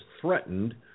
threatened